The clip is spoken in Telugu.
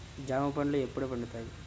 జామ పండ్లు ఎప్పుడు పండుతాయి?